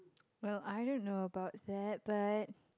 well I don't know about that but